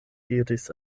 diris